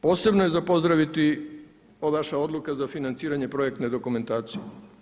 Posebno je za pozdraviti ova vaša odluka za financiranje projektne dokumentacije.